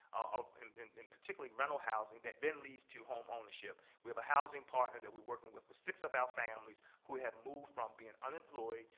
ah and and particularly rental housing, that then leads to home ownership. we have a housing partner that we're working with with six of our families who have moved from being unemployed,